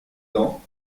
ans